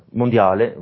mondiale